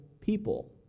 people